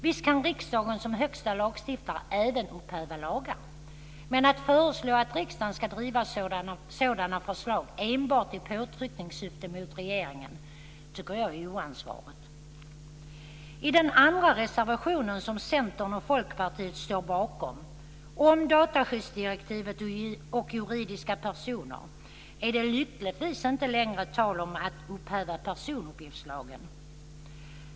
Visst kan riksdagen som högsta lagstiftare även upphäva lagar, men att föreslå att riksdagen ska driva sådana förslag enbart i påtryckningssyfte mot regeringen tycker jag är oansvarigt. I den andra reservationen som Centern och Folkpartiet står bakom om dataskyddsdirektivet och juridiska personer är det lyckligtvis inte längre tal om att upphäva personuppgiftslagen.